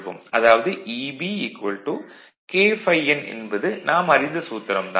அடுத்து Eb K∅n என்பது நாம் அறிந்த சூத்திரம் ஆகும்